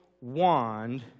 wand